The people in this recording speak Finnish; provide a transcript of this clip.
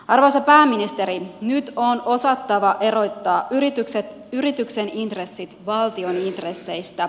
arvoisa pääministeri nyt on osattava erottaa yrityksen intressit valtion intresseistä